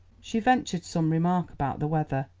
she ventured some remark about the weather,